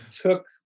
took